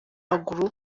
w’amaguru